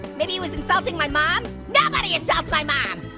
maybe he was insulting my mom? nobody insults my mom!